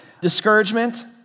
discouragement